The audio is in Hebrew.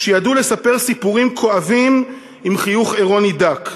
שידעו לספר סיפורים כואבים עם חיוך אירוני דק.